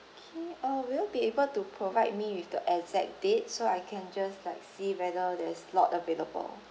okay uh will you be able to provide me with the exact date so I can just like see whether there's slot available